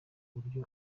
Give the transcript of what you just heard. buryo